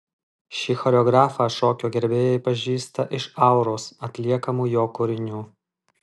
šį choreografą šokio gerbėjai pažįsta iš auros atliekamų jo kūrinių